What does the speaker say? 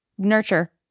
Nurture